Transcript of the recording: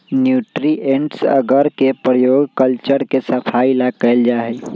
nutrients अगर के प्रयोग कल्चर के सफाई ला कइल जाहई